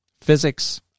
physics